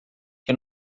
que